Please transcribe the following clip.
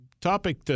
topic